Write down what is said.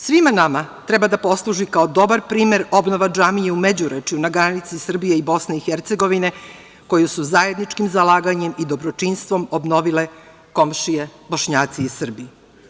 Svima nama treba da posluži kao dobar primer obnova džamije u Međurečju, na granici Srbije i BiH koju su zajedničkim zalaganjem i dobročinstvom obnovile komšije, Bošnjaci i Srbi.